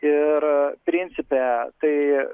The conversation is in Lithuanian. ir principe tai